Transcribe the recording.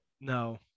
No